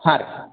ಹಾಂ ರಿ